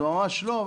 ממש לא.